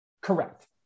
Correct